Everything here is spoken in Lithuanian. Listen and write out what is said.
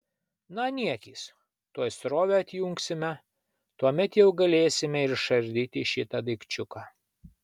na niekis tuoj srovę atjungsime tuomet jau galėsime ir išardyti šitą daikčiuką